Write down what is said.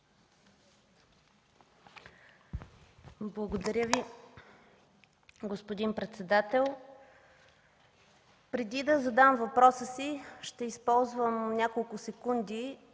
Благодаря Ви, господин председател. Преди да задам въпроса си, ще използвам няколко секунди,